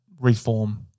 reform